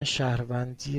شهروندی